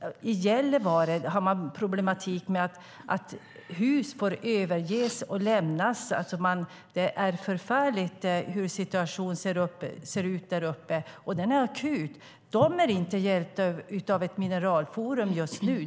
I Gällivare har man problem med att hus får överges. Det är förfärligt hur situationen ser ut där uppe, och den är akut. De är inte hjälpta av ett mineralforum just nu.